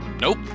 Nope